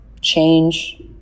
change